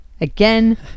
Again